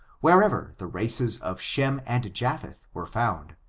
wherever the races of shem and japheth were found.